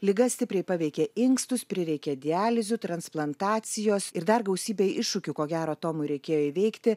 liga stipriai paveikė inkstus prireikė dializių transplantacijos ir dar gausybė iššūkių ko gero tomui reikėjo įveikti